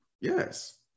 yes